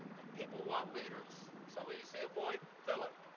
and people want leaders. so when you see a void, fill it.